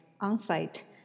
on-site